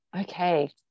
Okay